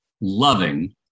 loving